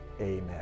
Amen